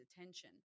attention